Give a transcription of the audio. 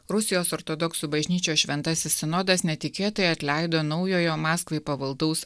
rusijos ortodoksų bažnyčios šventasis sinodas netikėtai atleido naujojo maskvai pavaldaus